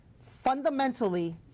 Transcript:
fundamentally